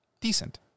decent